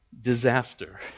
disaster